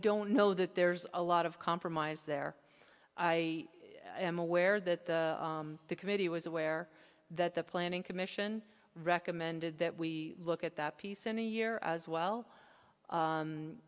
don't know that there's a lot of compromise there i am aware that the committee was aware that the planning commission recommended that we look at that piece in a year as well